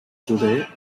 today